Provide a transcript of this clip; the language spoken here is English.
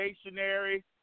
stationary